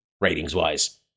ratings-wise